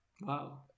Wow